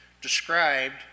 described